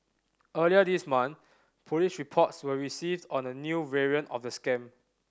earlier this month police reports were received on a new variant of the scam